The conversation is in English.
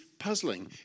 puzzling